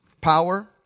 power